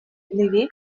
левей